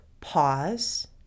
pause